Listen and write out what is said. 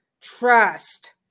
Trust